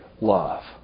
love